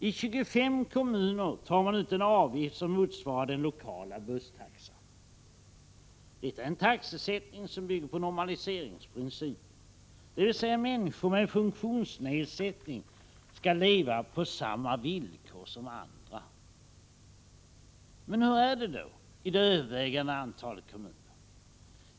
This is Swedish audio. I 25 kommuner tar man ut en avgift som motsvarar den lokala busstaxan. Detta är en taxesättning som bygger på normaliseringsprincipen, dvs. människor med funktionsnedsättning skall leva på samma villkor som andra. Men hur är det då i det övervägande antalet kommuner?